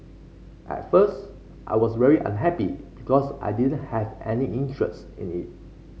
at first I was very unhappy because I didn't have any interest in it